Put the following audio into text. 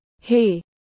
Hey